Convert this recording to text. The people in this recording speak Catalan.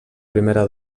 primera